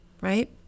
right